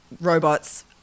robots